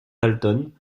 dalton